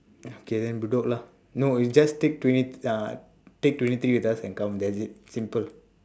uh okay bedok lah no you just take twenty uh take twenty three just and come that's it simple